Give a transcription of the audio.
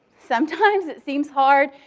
sometimes it seems hard,